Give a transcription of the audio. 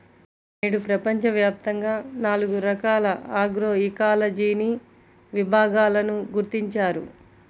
నేడు ప్రపంచవ్యాప్తంగా నాలుగు రకాల ఆగ్రోఇకాలజీని విభాగాలను గుర్తించారు